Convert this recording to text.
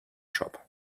shop